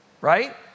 right